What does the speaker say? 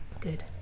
Good